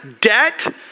debt